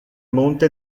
monte